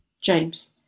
James